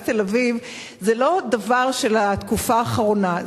תל-אביב זה לא דבר של התקופה האחרונה,